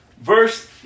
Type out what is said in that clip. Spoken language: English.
verse